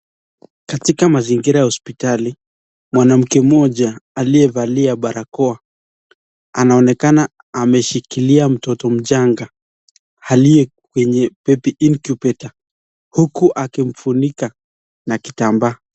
Katika mazingira ya hospitali mwanamke aliyevalia barakoa; anaonekana ameshikilia mtoto mchanga aliye kwenye baby incubator huku akimfunika na kitambaa.